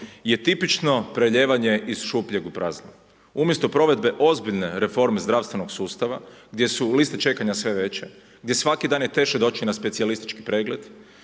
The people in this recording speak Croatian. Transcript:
je tipično prelijevanje iz šupljeg u prazno, umjesto provedbe ozbiljne reforme zdravstvenog sustava gdje su liste čekanja sve veće gdje svaki dan je teže doći na specijalistički pregled